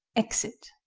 exit